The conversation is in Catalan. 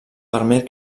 vermell